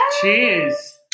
Cheers